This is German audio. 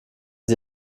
sie